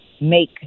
make